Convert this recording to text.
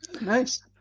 Nice